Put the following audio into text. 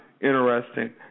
interesting